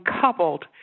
coupled